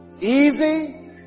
easy